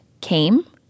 came